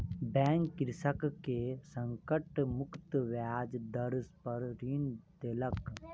bank कृषक के संकट मुक्त ब्याज दर पर ऋण देलक